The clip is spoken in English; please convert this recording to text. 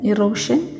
Erosion